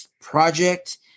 project